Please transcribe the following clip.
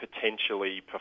potentially